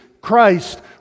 Christ